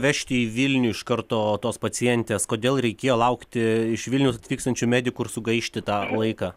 vežti į vilnių iš karto tos pacientės kodėl reikėjo laukti iš vilniaus atvykstančių medikų ir sugaišti tą laiką